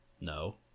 no